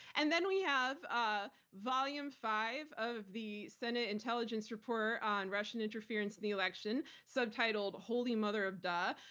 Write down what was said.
and then we have ah volume five of the senate intelligence report on russian interference in the election, subtitled, holy mother of duh.